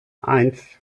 eins